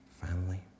family